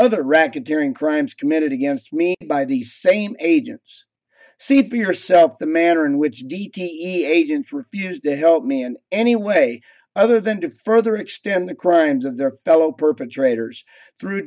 other racketeering crimes committed against me by these same agents see for yourself the manner in which d t e agents refused to help me in any way other than to further extend the crimes of their fellow perpetrators through